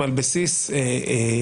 על פי דין אין עליו אלא את מורא הדין.